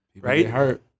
right